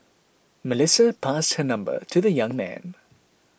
Melissa passed her number to the young man